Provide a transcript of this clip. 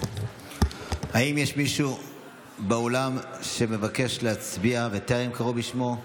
האם יש מישהו באולם שמבקש להצביע וטרם קראו בשמו?